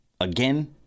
again